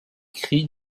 cri